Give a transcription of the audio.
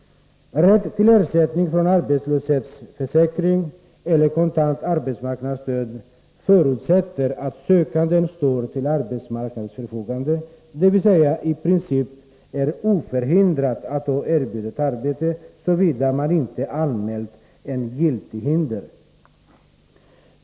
Rätt till ersättning från arbetslöshetsförsäkring eller kontant arbetsmarknadsstöd förutsätter att sökanden står till arbetsmarknadens förfogande, dvs. i princip är oförhindrad att ta ett erbjudet arbete, såvida man inte anmält giltigt hinder.